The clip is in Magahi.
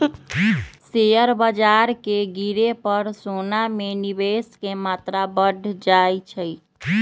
शेयर बाजार के गिरे पर सोना में निवेश के मत्रा बढ़ जाइ छइ